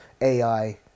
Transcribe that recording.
ai